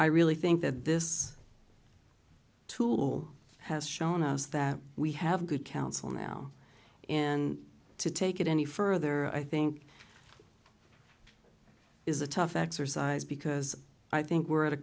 i really think that this tool has shown us that we have good counsel now and to take it any further i think is a tough exercise because i think we're at a